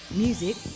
music